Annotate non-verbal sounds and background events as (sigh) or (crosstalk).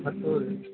(unintelligible)